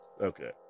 okay